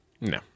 No